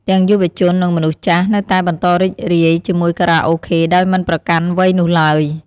ទាំងយុវជន និងមនុស្សចាស់ នៅតែបន្តរីករាយជាមួយខារ៉ាអូខេ ដោយមិនប្រកាន់វ័យនោះឡើយ។